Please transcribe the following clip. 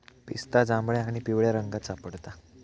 पिस्ता जांभळ्या आणि पिवळ्या रंगात सापडता